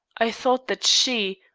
i thought that she,